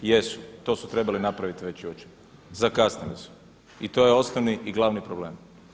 Jesu, to su trebali napraviti već jučer, zakasnili su i to je osnovni i glavni problem.